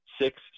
six